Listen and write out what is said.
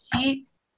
sheets